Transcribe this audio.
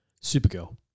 Supergirl